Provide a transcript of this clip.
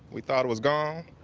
we thought it was gone.